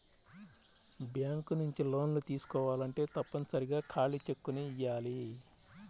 bank నుంచి లోన్లు తీసుకోవాలంటే తప్పనిసరిగా ఖాళీ చెక్కుని ఇయ్యాలి